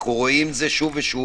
אנחנו רואים את זה שוב ושוב,